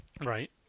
Right